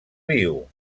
viu